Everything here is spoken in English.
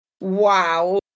wow